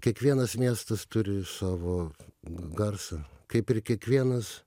kiekvienas miestas turi savo g garsą kaip ir kiekvienas